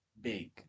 big